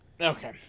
Okay